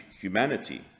humanity